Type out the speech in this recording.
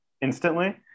instantly